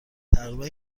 تقریبا